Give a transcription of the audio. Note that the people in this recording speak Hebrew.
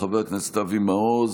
חבר הכנסת אבי מעוז.